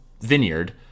vineyard